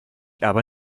aber